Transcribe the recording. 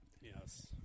Yes